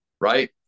right